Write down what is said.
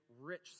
rich